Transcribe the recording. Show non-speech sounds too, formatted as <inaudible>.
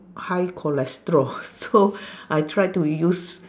high cholesterol so <breath> I try to use